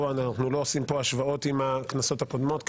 אנחנו לא עושים פה השוואות עם הכנסות הקודמות,